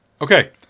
Okay